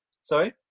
Sorry